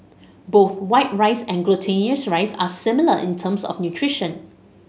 both white rice and glutinous rice are similar in terms of nutrition